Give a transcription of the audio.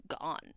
gone